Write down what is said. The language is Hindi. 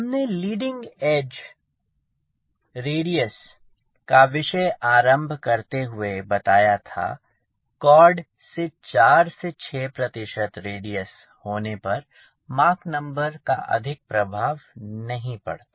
हमने लीडिंग एज रेडियस का विषय आरंभ करते हुए बताया था कॉर्ड के 4 से 6 रेडियस होने पर मॉक नंबर का अधिक प्रभाव नहीं पड़ता